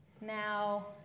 Now